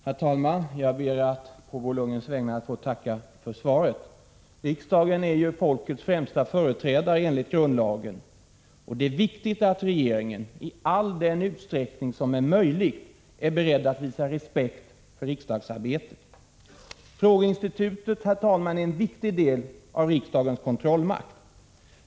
Herr talman! Jag ber att på Bo Lundgrens vägnar få tacka för svaret. Riksdagen är folkets främsta företrädare enligt grundlagen, och det är viktigt att regeringen i all den utsträckning som är möjlig är beredd att visa respekt för riksdagens arbete. Frågeinstitutet är en viktig del av riksdagens kontrollmakt.